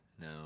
No